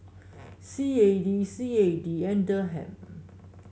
C A D C A D and Dirham